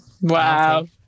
Wow